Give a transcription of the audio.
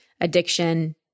Addiction